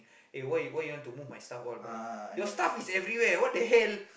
eh why why you want to move my stuff all your stuff is everywhere what the hell